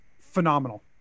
phenomenal